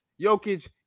Jokic